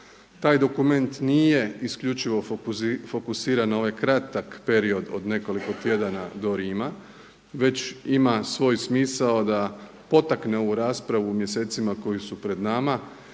Taj dokument nije isključivo fokusiran na ovaj kratak period od nekoliko tjedana do Rima već ima svoj smisao sa potakne ovu raspravu u mjesecima koji su pred nama